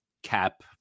cap